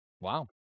Wow